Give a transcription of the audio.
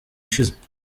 ishize